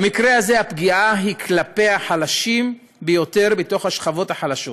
במקרה הזה הפגיעה היא כלפי החלשים ביותר בתוך השכבות החלשות.